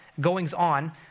goings-on